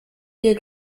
dir